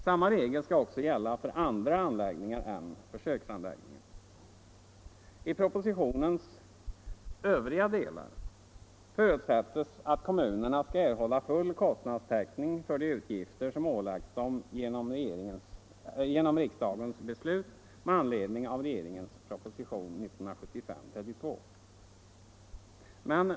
Samma regel skall också gälla för andra anläggningar än försöksanläggningar. I propositionens övriga delar förutsättes att kommunerna skall erhålla full kostnadstäckning för de utgifter som ålägges dem genom riksdagens beslut med anledning av regeringens proposition nr 32 år 1975.